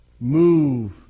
move